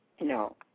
No